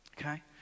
okay